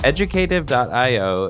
Educative.io